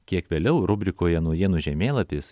kiek vėliau rubrikoje naujienų žemėlapis